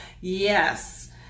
yes